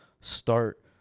start